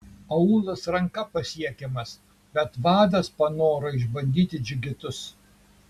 aūlas ranka pasiekiamas bet vadas panoro išbandyti džigitus